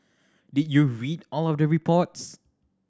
did you read all of the reports